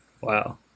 Wow